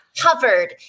covered